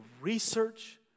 research